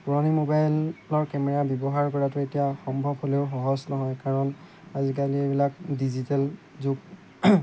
পুৰণি মোবাইলৰ কেমেৰা ব্যৱহাৰ কৰাটো এতিয়া সম্ভৱ হ'লেও সহজ নহয় কাৰণ আজিকালি এইবিলাক ডিজিটেল যুগ